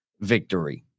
victory